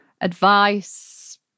advice